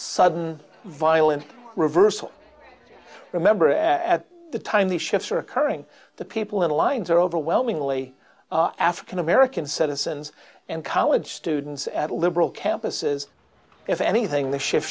sudden violent reversal remember at the time the shifts are occurring the people in the lines are overwhelmingly african american citizens and college students at liberal campuses if anything the shift